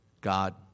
God